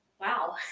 wow